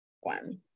one